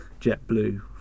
JetBlue